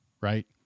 right